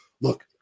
look